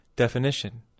definition